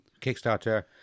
Kickstarter